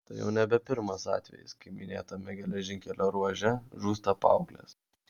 tai jau nebe pirmas atvejis kai minėtame geležinkelio ruože žūsta paauglės